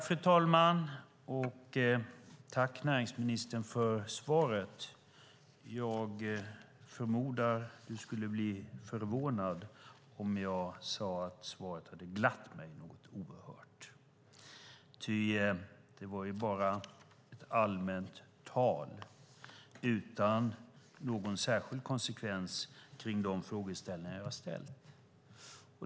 Fru talman! Jag tackar näringsministern för svaret. Jag förmodar att hon skulle bli förvånad om jag sade att svaret hade glatt mig oerhört mycket. Det var bara ett allmänt tal utan någon särskild konsekvens kring de frågor som jag har ställt.